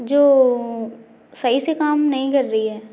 जो सही से काम नहीं कर रही है